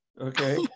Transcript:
okay